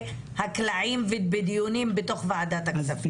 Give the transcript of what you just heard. הקלעים ובדיונים בתוך ועדת הכספים.